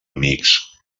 amics